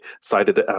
cited